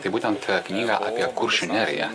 tai būtent knygą apie kuršių neriją